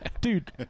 Dude